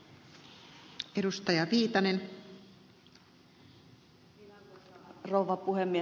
arvoisa rouva puhemies